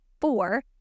four